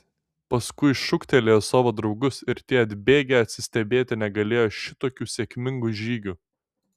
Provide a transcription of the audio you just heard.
paskui šūktelėjo savo draugus ir tie atbėgę atsistebėti negalėjo šitokiu sėkmingu žygiu